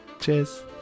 Cheers